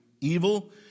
evil